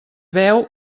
beu